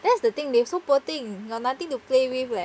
that's the thing they've so poor thing no nothing to play with leh